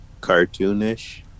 cartoonish